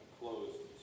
closed